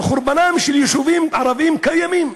על מקום חורבנם של יישובים ערביים קיימים,